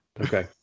Okay